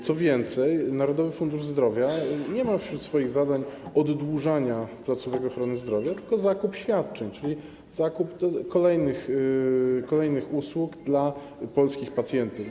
Co więcej, Narodowy Fundusz Zdrowia nie ma wśród swoich zadań oddłużania placówek ochrony zdrowia, tylko zakup świadczeń, czyli zakup kolejnych usług dla polskich pacjentów.